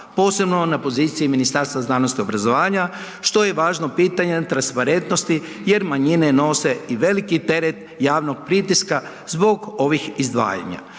posebno na poziciji Ministarstva znanosti i obrazovanja, što je važno pitanje transparentnosti jer manjine nose i veliki teret javnog pritiska zbog ovih izdvajanja.